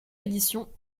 édition